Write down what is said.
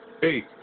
hey